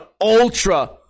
ultra